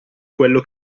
quello